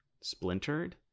splintered